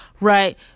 Right